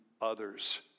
others